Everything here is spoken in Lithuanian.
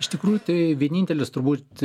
iš tikrųjų tai vienintelis turbūt